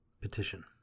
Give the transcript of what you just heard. Petition